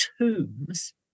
tombs